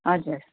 हजुर